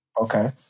Okay